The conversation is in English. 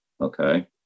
Okay